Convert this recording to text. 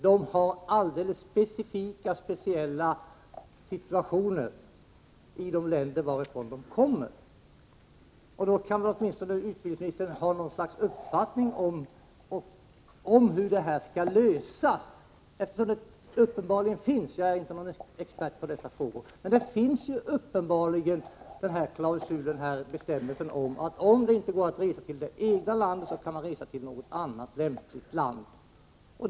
Dessa har i de länder varifrån de kommer alldeles speciella förhållanden. Utbildningsministern borde väl därför ha något slags uppfattning om hur den här frågan skall lösas. Jag är inte någon expert på dessa frågor, men det finns uppenbarligen en bestämmelse om att hemspråkselever, om det inte är möjligt för dem att resa till det egna landet, kan få fara till något annat lämpligt land i stället.